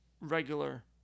regular